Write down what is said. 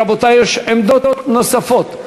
רבותי, יש עמדות נוספות.